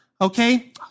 okay